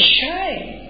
shame